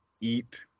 Eat